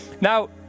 Now